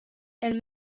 elle